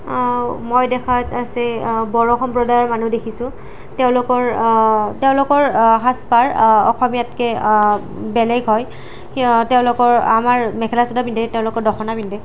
মই দেখাত আছে বড়ো সম্প্ৰদায়ৰ মানুহ দেখিছোঁ তেওঁলোকৰ তেওঁলোকৰ সাজপাৰ অসমীয়াতকৈ বেলেগ হয় সিহঁতৰ তেওঁলোকৰ আমাৰ মেখেলা চাদৰ পিন্ধে তেওঁলোকৰ দখনা পিন্ধে